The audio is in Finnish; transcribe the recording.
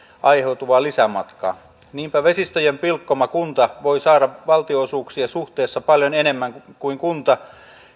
aiheutuvaa lisämatkaa niinpä vesistöjen pilkkoma kunta voi saada valtionosuuksia suhteessa paljon enemmän kuin kunta